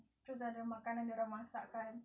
terus ada makanan dorang masakkan